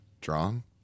drawn